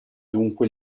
dunque